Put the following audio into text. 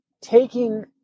taking